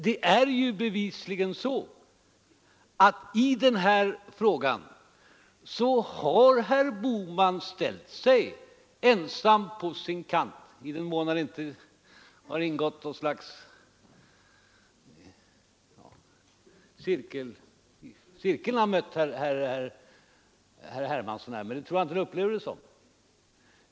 Det är bevisligen så att i den här frågan har herr Bohman ställt sig ensam på sin kant i den mån han inte har gått i något slags cirkel där han har mött herr Hermansson, men det tror jag inte han upplever det som.